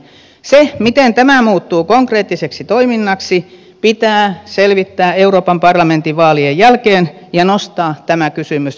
se miten tämä muuttuu konkreettiseksi toiminnaksi pitää euroopan parlamentin selvittää vaalien jälkeen ja nostaa tämä kysymys huippukokoustasolle